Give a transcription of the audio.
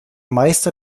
meister